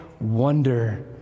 wonder